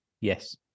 Yes